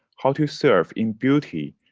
how to serve in beauty,